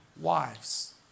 wives